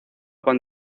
con